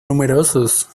numerosos